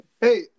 Hey